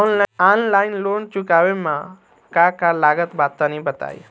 Online loan चुकावे म का का लागत बा तनि बताई?